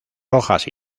hojas